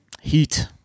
Heat